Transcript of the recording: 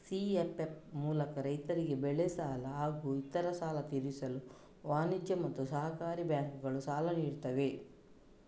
CFF ಮೂಲಕ ರೈತರಿಗೆ ಬೆಳೆ ಸಾಲ ಹಾಗೂ ಇತರೆ ಸಾಲ ತೀರಿಸಲು ವಾಣಿಜ್ಯ ಮತ್ತು ಸಹಕಾರಿ ಬ್ಯಾಂಕುಗಳು ಸಾಲ ನೀಡುತ್ತವೆ